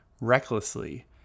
recklessly